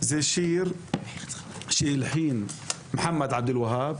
זה שיר שהלחין מוחמד עבד אל ווהאב,